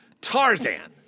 Tarzan